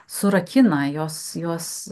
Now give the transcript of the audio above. surakina jos juos